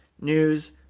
news